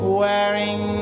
wearing